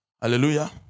Hallelujah